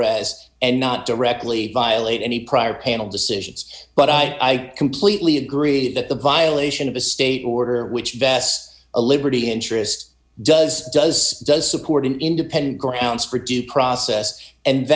z and not directly violate any prior panel decisions but i completely agree that the violation of a state order which vests a liberty interest does does does support an independent grounds for due process and